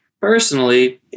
Personally